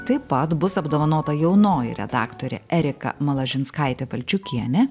taip pat bus apdovanota jaunoji redaktorė erika malažinskaitė valčiukienė